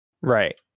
Right